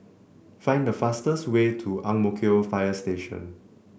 find the fastest way to Ang Mo Kio Fire Station